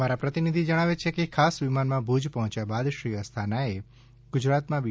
અમારા પ્રતિનિધિ જણાવે છે કે ખાસ વિમાનમાં ભુજ પહોંચ્યા બાદ શ્રી આસ્થાનાએ ગુજરાતમાં બી